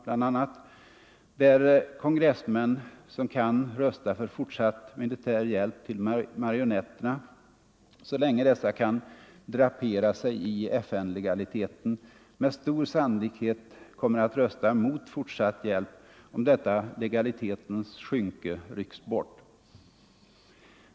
Åtskilliga kongressmän som kan rösta för fortsatt militär hjälp till marionetterna så länge dessa kan drapera sig i FN-legaliteten kommer med stor sannolikhet att rösta mot fortsatt hjälp om detta legalitetens skynke rycks bort.